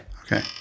Okay